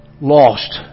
lost